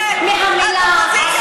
שמפחדים,